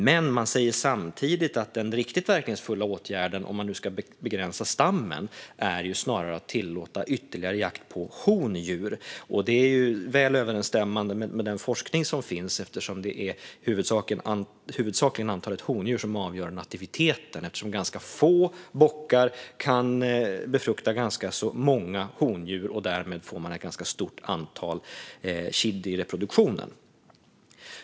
Men man säger samtidigt att den riktigt verkningsfulla åtgärden, om man nu ska begränsa stammen, snarare är att tillåta ytterligare jakt på hondjur. Det är väl överensstämmande med den forskning som finns. Det är huvudsakligen antalet hondjur som avgör nativiteten. Ganska få bockar kan nämligen befrukta ganska många hondjur, och därmed får man ett ganska stort antal kid i reproduktionen.